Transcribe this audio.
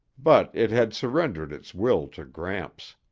but it had surrendered its will to gramps.